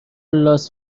لاس